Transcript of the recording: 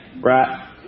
right